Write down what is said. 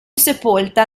sepolta